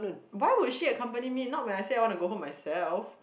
why would she accompany me not when I say I wanna go home myself